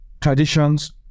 traditions